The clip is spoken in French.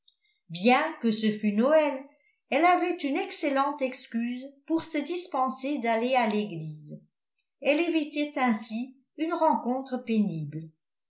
bien que ce fût noël elle avait une excellente excuse pour se dispenser d'aller à l'église elle évitait ainsi une rencontre pénible